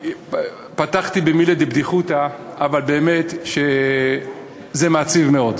פתחתי במילתא דבדיחותא, אבל האמת שזה מעציב מאוד.